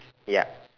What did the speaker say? ya